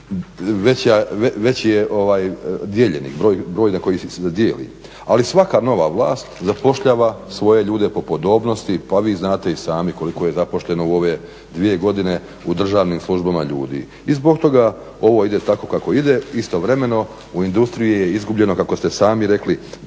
veći je djeljenik, broj na koji se dijeli, ali svaka nova vlast zapošljava svoje ljude po podobnosti. Pa vi znate i sami koliko je zaposleno u ove dvije godine u državnim službama ljudi i zbog toga ovo ide tako kako ide. I istovremeno u industriji je izgubljeno kao što ste sami rekli